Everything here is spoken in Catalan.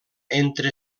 entre